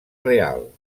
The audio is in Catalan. real